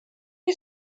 you